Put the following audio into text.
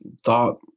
thought